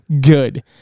Good